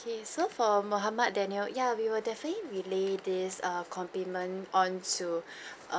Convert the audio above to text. okay so for muhammad daniel ya we will definitely relay this err compliment onto um